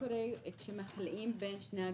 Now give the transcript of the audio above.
מה קורה כשמכליאים בין שני הגרפים?